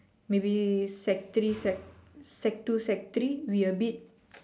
maybe sec three sec sec two sec three we a bit